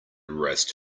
rest